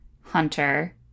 Hunter